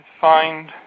find